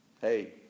Hey